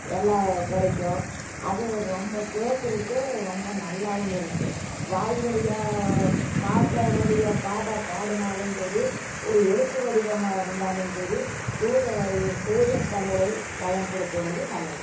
எல்லாம் கிடைக்கும் அதுவும் ரொம்ப கேட்கறக்கு ரொம்ப நல்லாவும் இருக்கும் வாய் வழியா பாட்டு வழியா பாட்டாக பாடினாலும் சரி ஒரு எழுத்து வடிவமாக இருந்தாலும் சரி தூய வழியில் தூய தமிழை பயன்படுத்துவது நல்லது